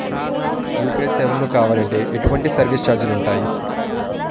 UPI సేవలను కావాలి అంటే ఎటువంటి సర్విస్ ఛార్జీలు ఉంటాయి?